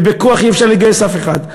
ובכוח אי-אפשר לגייס אף אחד.